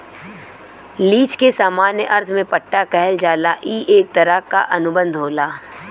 lease के सामान्य अर्थ में पट्टा कहल जाला ई एक तरह क अनुबंध होला